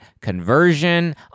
conversion